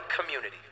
community